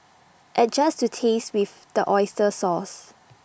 adjust to taste with the Oyster sauce